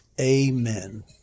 amen